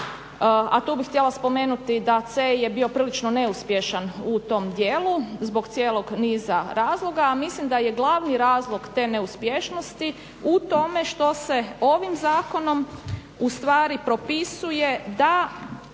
a tu bih htjela spomenuti da CEI je bio prilično neuspješan u tom djelu zbog cijelog niza razloga, a mislim da je glavni razlog te neuspješnosti u tome što se ovim zakonom ustvari propisuje da